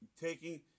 taking